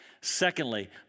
Secondly